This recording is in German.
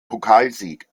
pokalsieg